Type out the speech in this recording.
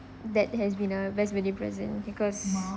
that has been a best birthday present because